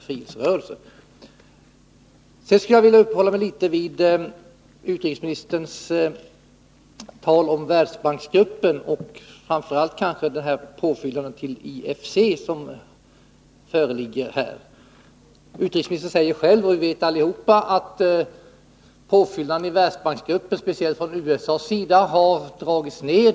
Jag skulle också vilja uppehålla mig något vid vad utrikesministern sade om Världsbanksgruppen, och då kanske framför allt vid det förslag om påfyllnad till IFC som föreligger. Utrikesministern sade själv — och vi känner alla till detta — att påfyllnaden till Världsbanksgruppen har dragits ner speciellt från USA:s sida.